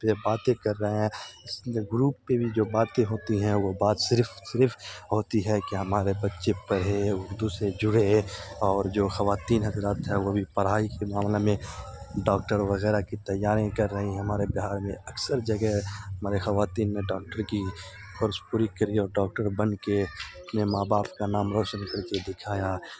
پہ باتیں کر رہے ہیں اس گروپ پہ بھی جو باتیں ہوتی ہیں وہ بات صرف صرف ہوتی ہے کہ ہمارے بچے پڑھے اردو سے جڑے اور جو خواتین حضرات ہے وہ بھی پڑھائی کے معاملے میں ڈاکٹر وغیرہ کی تیاری کر رہی ہیں ہمارے بہار میں اکثر جگہ ہمارے خواتین نے ڈاکٹر کی کورس پوری کری اور ڈاکٹر بن کے اپنے ماں باپ کا نام روشن کر کے دکھایا